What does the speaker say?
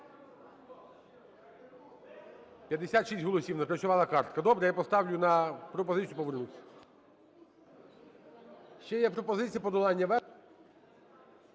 56 голосів, не спрацювала картка. Добре, я поставлю пропозицію повернутись. Ще є пропозиція – подолання вето.